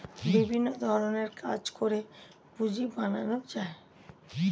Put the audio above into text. বিভিন্ন ধরণের কাজ করে পুঁজি বানানো যায়